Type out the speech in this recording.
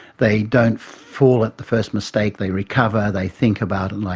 they don't fall at the first mistake, they recover, they think about it. like